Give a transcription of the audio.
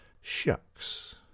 shucks